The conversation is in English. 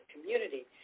community